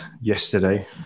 yesterday